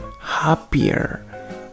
happier